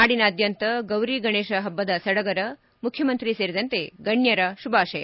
ನಾಡಿನಾದ್ದಂತ ಗೌರಿ ಗಣೇತ ಹಬ್ಬದ ಸಡಗರ ಮುಖ್ಬಮಂತ್ರಿ ಸೇರಿದಂತೆ ಗಣ್ಣರ ಶುಭಾಶಯ